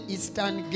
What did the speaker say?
Eastern